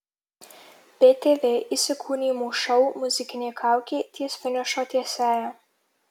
btv įsikūnijimų šou muzikinė kaukė ties finišo tiesiąja